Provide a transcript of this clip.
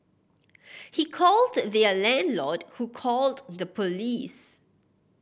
he called their landlord who called the police